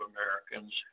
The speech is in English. Americans